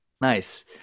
nice